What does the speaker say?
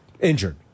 Injured